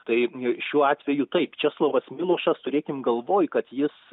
taigi šiuo atveju taip česlovas milošas turėkim galvoje kad jis